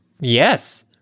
Yes